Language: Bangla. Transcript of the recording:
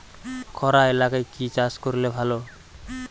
খরা এলাকায় কি চাষ করলে ভালো?